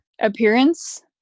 appearance